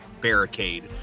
barricade